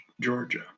Georgia